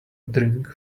drink